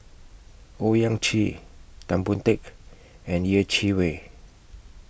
Owyang Chi Tan Boon Teik and Yeh Chi Wei